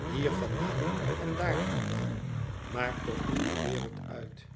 hier vandaan en daar vandaan maar toch niet de wereld uit